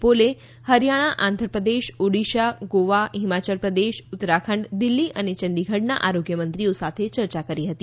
પોલે હરિયાણા આંધ્રપ્રદેશ ઓડિશા ગોવા હિમાચલ પ્રદેશ ઉત્તરાખંડ દિલ્હી અને ચંદીગઢના આરોગ્ય મંત્રીઓ સાથે ચર્ચા કરી હતી